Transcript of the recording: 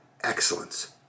excellence